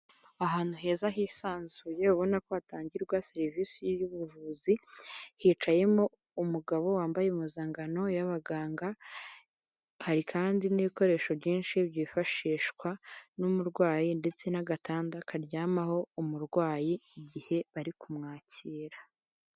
Ahantu heza hisanzuye ubona ko hatangirwa serivisi y'ubuvuzi, hicayemo umugabo wambaye impuzangano y'abaganga, hari kandi n'ibikoresho byinshi byifashishwa n'umurwayi ndetse n'agatanda karyamaho umurwayi igihe bari kumwakira.